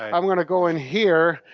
i'm gonna go in here.